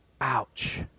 ouch